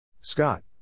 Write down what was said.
Scott